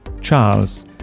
Charles